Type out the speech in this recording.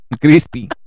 Crispy